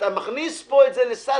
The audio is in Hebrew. מכניסה את זה לסד.